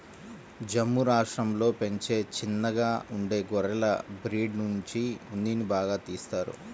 జమ్ము రాష్టంలో పెంచే చిన్నగా ఉండే గొర్రెల బ్రీడ్ నుంచి ఉన్నిని బాగా తీత్తారు